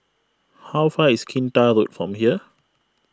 how far is Kinta Road from here